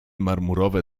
marmurowe